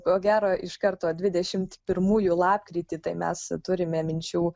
ko gero iš karto dvidešimt pirmųjų lapkritį tai mes turime minčių